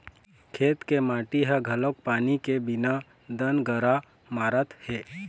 खेत के माटी ह घलोक पानी के बिना दनगरा मारत हे